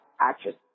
actress